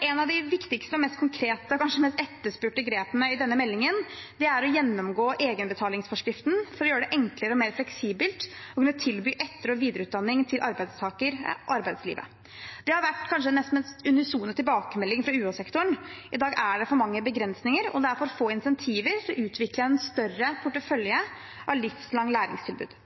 En av de viktigste og mest konkrete, og kanskje mest etterspurte, grepene i denne meldingen er det å gjennomgå egenbetalingsforskriften for å gjøre det enklere og mer fleksibelt å kunne tilby etter- og videreutdanning til arbeidstakere i arbeidslivet. Det har kanskje vært den mest unisone tilbakemeldingen fra UH-sektoren. I dag er det for mange begrensninger, og det er for få insentiver til å utvikle en større portefølje av livslangt læringstilbud.